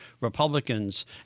Republicans